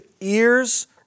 ears